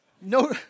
No